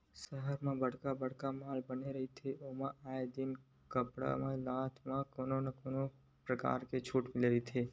सहर म बड़का बड़का जउन माल बने रहिथे ओमा आए दिन कपड़ा लत्ता म कोनो न कोनो परकार के छूट मिलते रहिथे